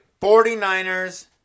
49ers